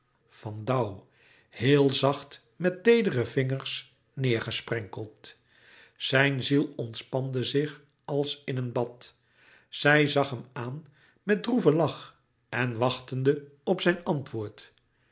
dauw heel zacht met teedere vingers neêrgesprenkeld zijn ziel ontspande zich als in een bad zij zag hem aan met droeven lach en wachtende op zijn antwoord